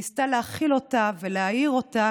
ניסתה להאכיל אותה ולהעיר אותה,